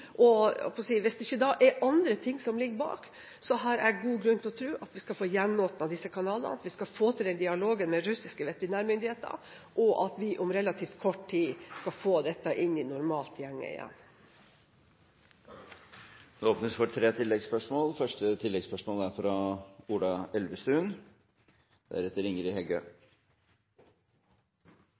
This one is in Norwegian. Hvis det da ikke er andre ting som ligger bak, har jeg god grunn til å tro at vi skal få gjenåpnet disse kanalene, at vi skal få til den dialogen med russiske veterinærmyndigheter, og at vi om relativt kort tid skal få dette inn i normalt gjenge igjen. Det åpnes for tre oppfølgingsspørsmål – først Ola Elvestuen.